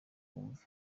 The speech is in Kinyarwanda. wumve